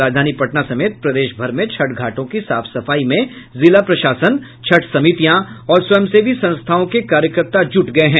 राजधानी पटना समेत प्रदेश भर में छठ घाटों की साफ सफाई में जिला प्रशासन छठ समितियां और स्वयंसेवी संस्थाओं के कार्यकर्ता जुट गये हैं